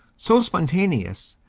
so spontaneous,